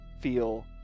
feel